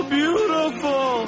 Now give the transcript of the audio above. beautiful